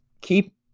keep